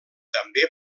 també